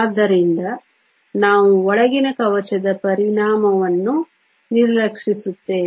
ಆದ್ದರಿಂದ ನಾವು ಒಳಗಿನ ಕವಚದ ಪರಿಣಾಮವನ್ನು ನಿರ್ಲಕ್ಷಿಸುತ್ತೇವೆ